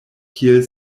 kiel